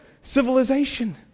civilization